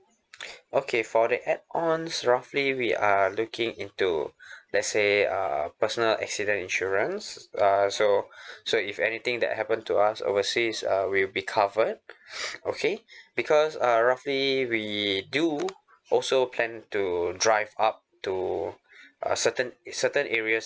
okay for the add ons roughly we are looking into let's say uh personal accident insurance uh so so if anything that happen to us overseas uh we'll be covered okay because uh roughly we do also plan to drive up to a certain certain areas